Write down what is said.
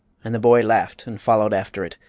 and the boy laughed and followed after it,